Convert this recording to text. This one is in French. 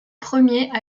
premiers